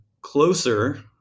closer